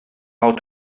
how